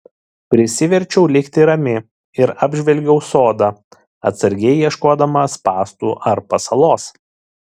prisiverčiau likti rami ir apžvelgiau sodą atsargiai ieškodama spąstų ar pasalos